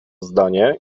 zdanie